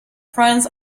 friends